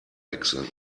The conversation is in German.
wechseln